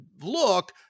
look